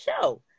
show